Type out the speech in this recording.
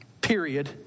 period